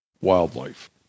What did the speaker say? wildlife